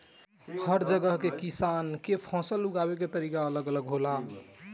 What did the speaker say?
हर जगह के किसान के फसल उगावे के तरीका अलग अलग होला